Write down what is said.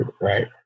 Right